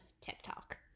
TikTok